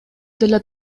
деле